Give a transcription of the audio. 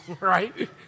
right